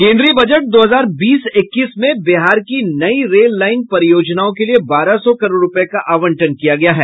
केन्द्रीय बजट दो हजार बीस इक्कीस में बिहार की नई रेल लाईन परियोजनाओं के लिए बारह सौ करोड़ रूपये का आवंटन किया गया है